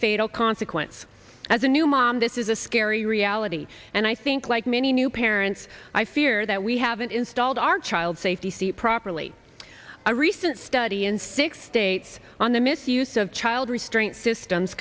fatal consequence as a new mom this is a scary reality and i think like many new parents i fear that we haven't installed our child safety seats properly a recent study in six states on the misuse of child restraint systems